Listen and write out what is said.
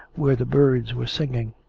where the birds were singing.